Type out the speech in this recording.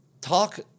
talk